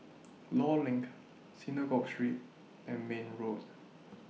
law LINK Synagogue Street and Mayne Road